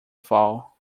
fall